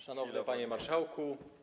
Szanowny Panie Marszałku!